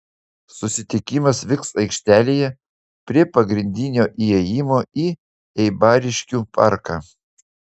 susitikimas vyks aikštelėje prie pagrindinio įėjimo į eibariškių parką